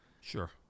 Sure